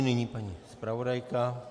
Nyní paní zpravodajka.